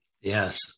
Yes